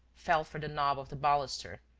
felt for the knob of the baluster,